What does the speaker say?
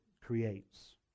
creates